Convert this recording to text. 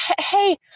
hey